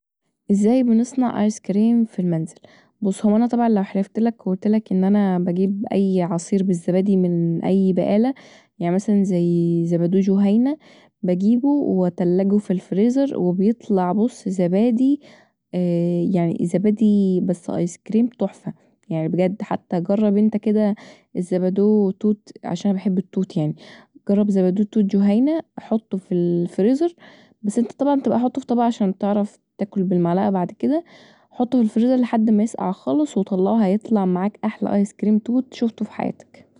ازاي بنصنع ايسكريم في المنزل بص انا طبعا لو حلفتلك وقولتلك ان انا بجيب اي عصير بالزبادي من اي بقاله يعني مثلا زي زبادو جهينه بجيبه واتلجه في الفريزر بيطلع بص زبادي يعني زبادي بس ايسكريم تحفه بجد حتي جرب انت كدا الزبادو توت عشان انا بحب التوت يعني، جرب زبادو توت جهينه حطه في الفريزر بس انت طبعا ابقي حطه في طبق عشان تعرف تاكله بالمعلقه بعد كدا حطه في الفريزر لحد ما يسقع خالص وطلعه هيطلع معاك احلي ايس كريم توت شوفته في حياتك